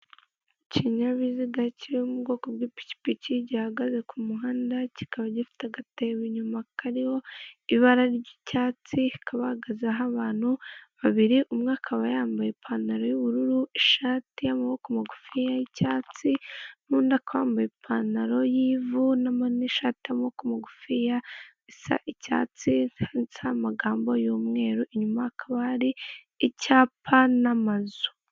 Ikinyabiziga kiri mu bwoko bw'ipikipiki, gihagaze ku muhanda, kikaba gifite agatebo inyuma kariho ibara ry'icyatsi, hakaba hahagazeho abantu babiri, umwe akaba yambaye ipantaro y'ubururu,, ishati y'amaboko magufiya y'icyatsi, n'undi akaba yambaye ipantaro y'ivu n'ishati y'amaboko magufiya isa icyatsi yanditseho amagambo y'umweru, inyuma ye hakaba hari icyapa n'amazu.